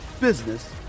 business